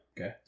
Okay